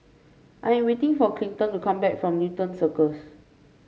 I am waiting for Clinton to come back from Newton Circus